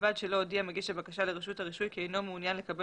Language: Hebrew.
ובלבד שלא הודיע מגיש הבקשה לרשות הרישוי כי אינו מעוניין לקבל